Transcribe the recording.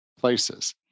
places